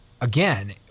again